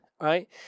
right